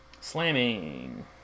slamming